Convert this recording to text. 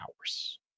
hours